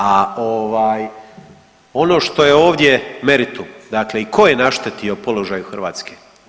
A ovaj, ono što je ovdje meritum, dakle i tko je naštetio položaju Hrvatske?